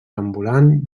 ambulant